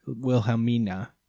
Wilhelmina